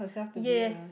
yes